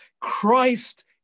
Christ